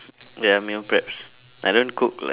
ya meal preps I don't cook like